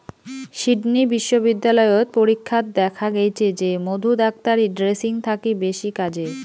Sydney বিশ্ববিদ্যালয়ত পরীক্ষাত দ্যাখ্যা গেইচে যে মধু ডাক্তারী ড্রেসিং থাকি বেশি কাজের